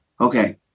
okay